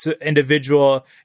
individual